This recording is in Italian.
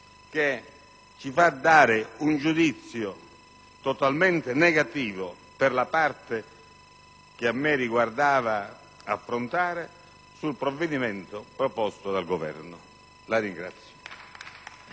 che ci fa esprimere un giudizio totalmente negativo, per la parte che a me riguardava affrontare, sul provvedimento proposto dal Governo. *(Applausi